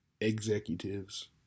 executives